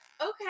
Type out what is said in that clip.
Okay